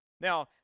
Now